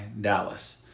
Dallas